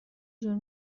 جون